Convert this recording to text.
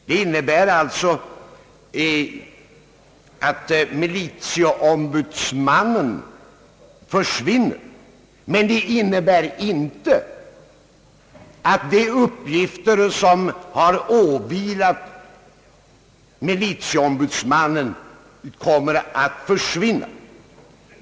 Det innebär att militieombudsmannen försvinner, men det innebär inte att de uppgifter som åvilar militieombudsmannen kommer att försvinna.